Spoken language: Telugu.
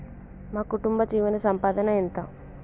మా కుటుంబ జీవన సంపాదన ఎంత?